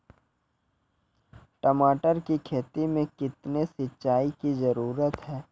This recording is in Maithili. टमाटर की खेती मे कितने सिंचाई की जरूरत हैं?